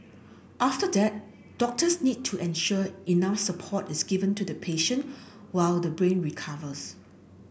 after that doctors need to ensure enough support is given to the patient while the brain recovers